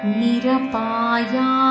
nirapaya